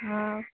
हँ